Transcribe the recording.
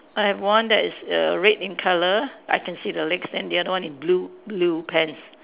I have one that is err red in color I can see the legs then the other one in blue blue pants